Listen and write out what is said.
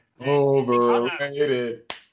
Overrated